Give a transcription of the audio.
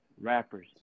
rappers